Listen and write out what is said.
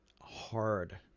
hard